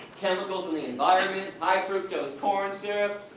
chemicals of the environment, high fructose corn syrup,